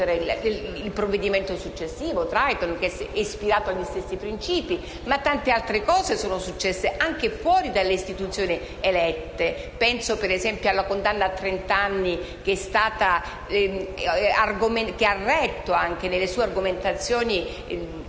il provvedimento successivo, Triton, che è ispirato agli stessi principi, ma tante altre cose sono accadute anche fuori dalle istituzioni elette. Penso, ad esempio, alla condanna a trent'anni - che ha retto nelle sue argomentazioni